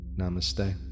Namaste